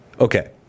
okay